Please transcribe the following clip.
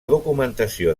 documentació